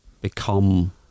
become